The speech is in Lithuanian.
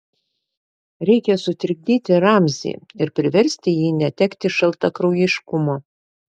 reikia sutrikdyti ramzį ir priversti jį netekti šaltakraujiškumo